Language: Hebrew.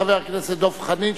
חבר הכנסת דב חנין,